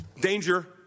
danger